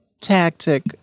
tactic